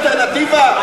הבנתם שיש אלטרנטיבה?